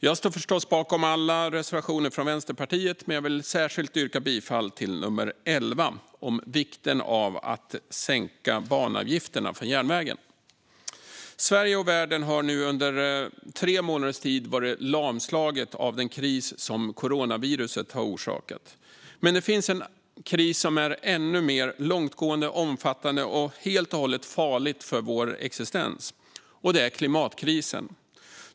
Jag står förstås bakom alla reservationer från Vänsterpartiet, men jag vill särskilt yrka bifall till nr 11 om vikten av att sänka banavgifterna för järnvägen. Sverige och världen har nu under tre månaders tid varit lamslagna av den kris som coronaviruset orsakat. Men det finns en kris som är ännu mer långtgående, omfattande och helt och hållet farlig för vår existens, och det är klimatkrisen.